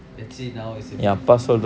let's say now it's a bit